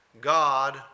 God